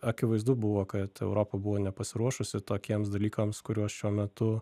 akivaizdu buvo kad europa buvo nepasiruošusi tokiems dalykams kuriuos šiuo metu